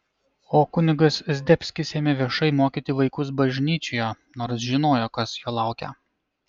o kunigas zdebskis ėmė viešai mokyti vaikus bažnyčioje nors žinojo kas jo laukia